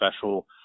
special